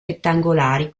rettangolari